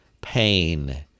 pain